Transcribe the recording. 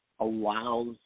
allows